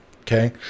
Okay